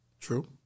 True